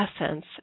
essence